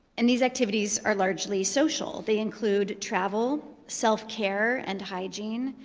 and these activities are largely social. they include travel, self-care, and hygiene,